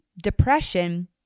depression